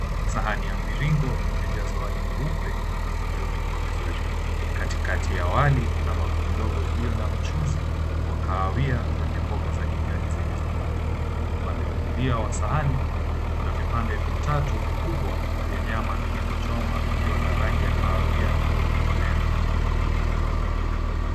Sahani ya mviringo imejazwa wali mweupe uliopikwa vizuri. Katikati ya wali kuna bakuli ndogo iliyo na mchuzi wa kahawia wenye mboga za kijani zilizokatwa. Upande wa kulia wa sahani kuna vipande vitatu vikubwa vya nyama vilivyochomwa vikiwa na rangi ya kahawia iliyokolea.